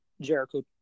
Jericho